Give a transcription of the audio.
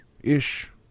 ish